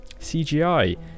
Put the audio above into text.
CGI